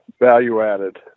value-added